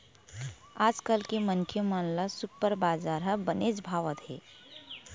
आजकाल के मनखे मन ल सुपर बजार ह बनेच भावत हे